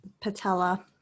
patella